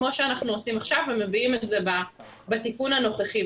כמו שאנחנו עושים עכשיו ומביאים את זה בתיקון הנוכחי.